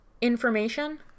information